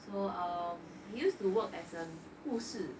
so um he used to work as a 护士